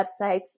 websites